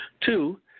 Two